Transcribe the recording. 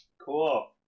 Cool